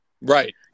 Right